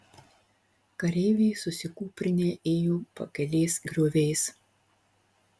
kareiviai susikūprinę ėjo pakelės grioviais